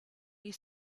you